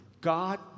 God